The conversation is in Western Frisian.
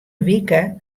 wike